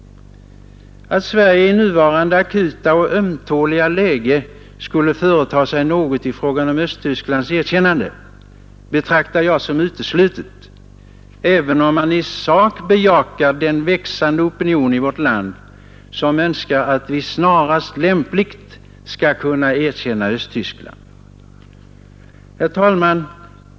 Att Sverige i nuvarande akuta, ömtåliga läge skulle företa sig något i fråga om Östtysklands erkännande betraktar jag som uteslutet, även om man i sak bejakar den växande opinion i vårt land som önskar att vi snarast lämpligt skall erkänna Östtyskland. Herr talman!